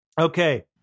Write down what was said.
Okay